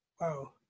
Wow